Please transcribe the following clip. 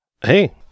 Hey